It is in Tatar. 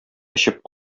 эчеп